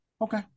okay